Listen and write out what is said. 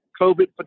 COVID